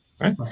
Right